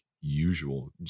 usual